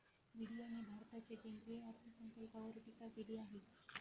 मीडियाने भारताच्या केंद्रीय अर्थसंकल्पावर टीका केली आहे